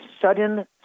sudden